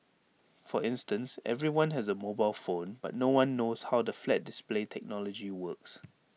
for instance everyone has A mobile phone but no one knows how the flat display technology works